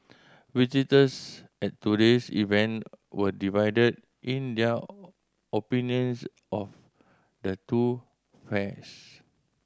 visitors at today's event were divided in their opinions of the two fairs